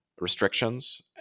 restrictions